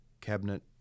cabinet